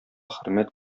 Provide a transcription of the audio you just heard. хөрмәт